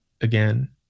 again